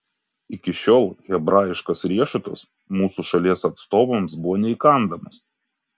iki šiol hebrajiškas riešutas mūsų šalies atstovams buvo neįkandamas